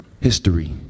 history